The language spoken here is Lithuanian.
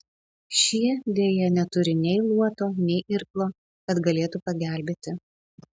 šie deja neturi nei luoto nei irklo kad galėtų pagelbėti